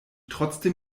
trotzdem